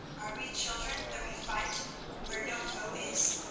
are we children that we fight where no foe is?